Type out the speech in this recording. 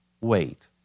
Wait